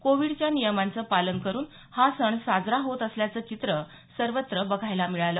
कोविडच्या नियमांचं पालन करुन हा सण साजरा होत असल्याचं चित्र सर्वत्र बघायला मिळाल